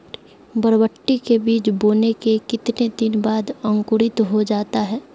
बरबटी के बीज बोने के कितने दिन बाद अंकुरित हो जाता है?